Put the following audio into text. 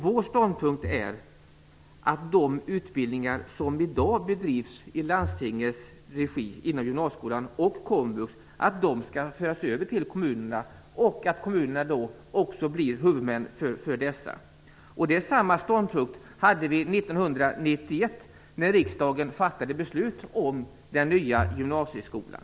Vi anser att de utbildningar inom gymnasieskolan och komvux som i dag bedrivs i landstingens regi skall föras över till kommunerna och att kommunerna också skall bli huvudmän för dem. Samma ståndpunkt hade vi 1991 när riksdagen fattade beslut om den nya gymnasieskolan.